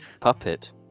puppet